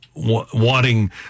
wanting